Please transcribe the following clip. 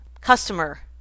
customer